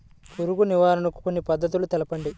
పురుగు నివారణకు కొన్ని పద్ధతులు తెలుపండి?